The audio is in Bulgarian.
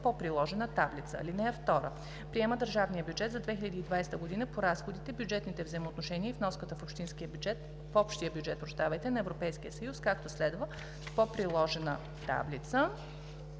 по приложена таблица. (2) Приема държавния бюджет за 2020 г. по разходите, бюджетните взаимоотношения и вноската в общия бюджет на Европейския съюз, както следва по приложена таблица.